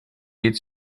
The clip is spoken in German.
sieht